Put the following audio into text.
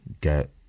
get